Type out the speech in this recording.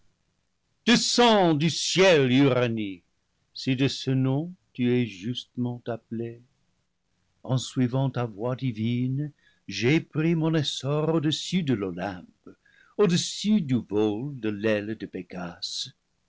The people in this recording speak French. descends du ciel uranie si de ce nom tu es justement appelée en suivant ta voix divine j'ai pris mon essor au-dessus de l'olympe au-dessus du vol de l'aile de pégase